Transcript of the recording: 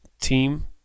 team